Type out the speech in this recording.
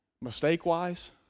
mistake-wise